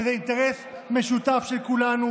וזה אינטרס משותף של כולנו,